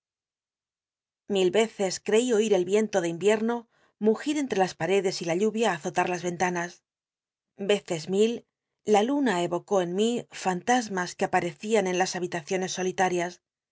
mil veces creí oil el viento de invierno mu gir entre las paredes y la lluvia á azotar las ventanas veces mil la luna evocó en mí fant smas qu e aparecían en las babitaciones solit